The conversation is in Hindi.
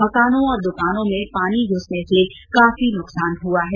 मकानों और द्कानों में पानी घ्रसने से काफी नुकसान हुआ है